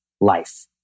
life